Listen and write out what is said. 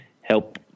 help